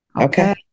okay